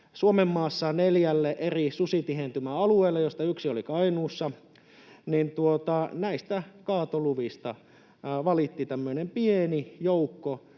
Suomenmaassa neljälle eri susitihentymäalueelle, joista yksi oli Kainuussa — valitti tämmöinen pieni joukko,